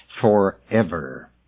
forever